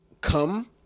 come